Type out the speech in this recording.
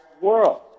world